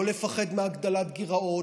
לא לפחד מהגדלת גירעון,